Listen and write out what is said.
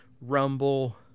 rumble